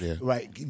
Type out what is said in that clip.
right